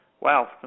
Wow